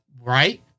right